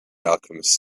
alchemist